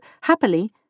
happily